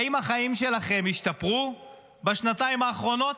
האם החיים שלכם השתפרו בשנתיים האחרונות?